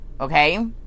okay